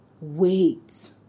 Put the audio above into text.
Wait